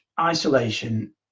isolation